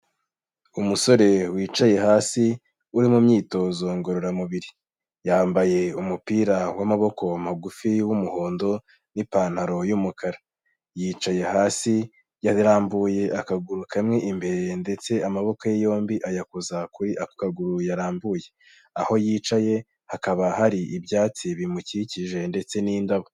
Umusore wicaye hasi, uri mu myitozo ngororamubiri, yambaye umupira w'amaboko magufi w'umuhondo n'ipantaro y'umukara, yicaye hasi yarambuye akaguru kamwe imbere ndetse amaboko ye yombi ayakoza kuri ako kaguru yarambuye, aho yicaye hakaba hari ibyatsi bimukikije ndetse n'indabo.